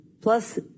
Plus